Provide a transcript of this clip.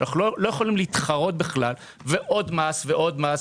לא יכולים להתחרות בכלל, ועוד מס ועוד.